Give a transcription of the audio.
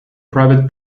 private